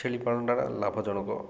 ଛେଳିପାଳନଟା ଲାଭଜନକ